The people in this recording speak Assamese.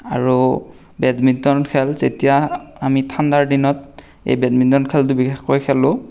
আৰু বেডমিণ্টন খেল যেতিয়া আমি ঠাণ্ডাৰ দিনত এই বেডমিণ্টন খেলটো বিশেষকৈ খেলোঁ